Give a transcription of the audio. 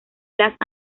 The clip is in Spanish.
las